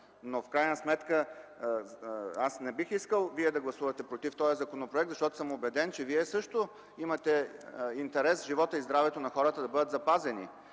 В крайна сметка не бих искал вие да гласувате против този законопроект, защото съм убеден, че вие също имате интерес животът и здравето на хората да бъдат запазени.